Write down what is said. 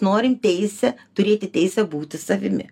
norim teisę turėti teisę būti savimi